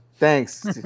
Thanks